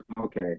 Okay